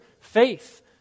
faith